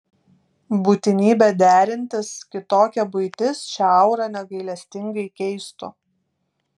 būtinybė derintis kitokia buitis šią aurą negailestingai keistų